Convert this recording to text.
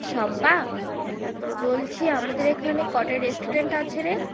শম্পা বলছি আমাদের এখানে কটা রেস্টুরেন্ট আছে রে